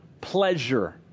pleasure